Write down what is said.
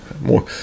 more